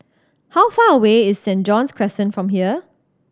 how far away is Saint John's Crescent from here